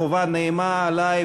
חובה נעימה לי,